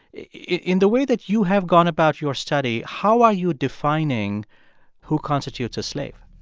in the way that you have gone about your study, how are you defining who constitutes a slave?